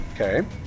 Okay